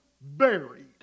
buried